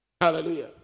Hallelujah